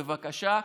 בבקשה,